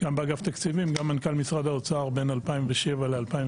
גם באגף התקציבים וגם מנכ"ל משרד האוצר בין 2007 ל-2010.